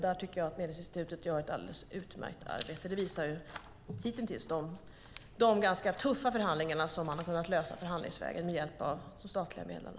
Där tycker jag att Medlingsinstitutet gör ett alldeles utmärkt arbete. Det visar de hitintills tuffa förhandlingar som har lösts med hjälp av de statliga medlarna.